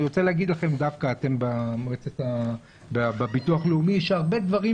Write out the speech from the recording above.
אני רוצה להגיד לכם בביטוח הלאומי שהרבה דברים